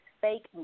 fake